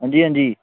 हां जी हां जी